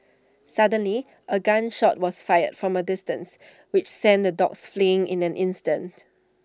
suddenly A gun shot was fired from A distance which sent the dogs fleeing in an instant